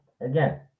again